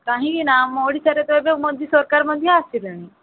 କାହିଁକିନା ଆମ ଓଡ଼ିଶାରେ ତ ଏବେ ମୋଦି ସରକାର ମଧ୍ୟ ଆସିଲେଣି